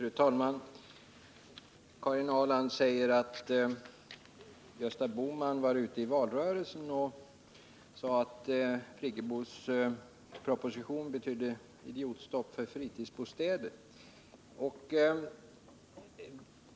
Fru talman! Karin Ahrland säger att Gösta Bohman i valrörelsen sade att Birgit Friggebos proposition betydde ett idiotstopp för fritidsbostäder.